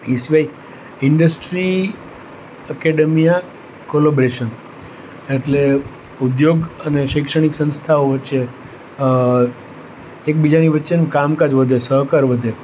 એ સિવાય industry academia collaboration એટલે ઉદ્યોગ અને શૈક્ષણિક સંસ્થાઓ વચ્ચે એકબીજાની વચ્ચેનું કામકાજ વધે સહકાર વધે